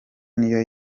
niyo